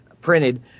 printed